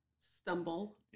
stumble